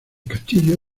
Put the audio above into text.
castillo